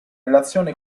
relazione